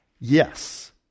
Yes